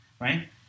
right